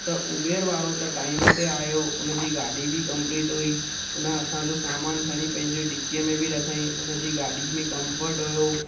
त उबेर वारो त टाइम ते आयो उनजी गाॾी बि कंप्लीट हुई उन असांजो सामान खणी पंहिंजी डिकीअ में बि रखियईं उनजी गाॾी में कंफर्ट हुयो